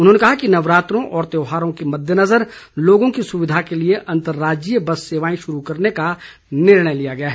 उन्होंने कहा कि नवरात्रों और त्योहारों के मद्देनजर लोगों की सुविधा के लिये अंतरराज्यीय बस सेवाएं शुरू करने का निर्णय लिया गया है